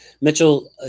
Mitchell